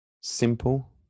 simple